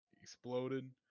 Exploded